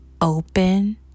open